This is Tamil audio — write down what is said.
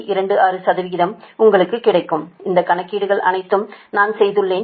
26 உங்களுக்குக் கிடைக்கும் இந்தக் கணக்கீடுகள் அனைத்தையும் நான் செய்தேன்